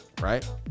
right